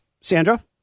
Sandra